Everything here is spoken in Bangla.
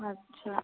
আচ্ছা